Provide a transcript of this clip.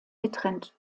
getrennt